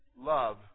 love